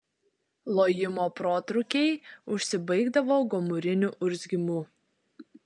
lojimo protrūkiai užsibaigdavo gomuriniu urzgimu